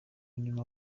nyuma